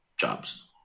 jobs